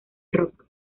rock